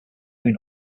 moon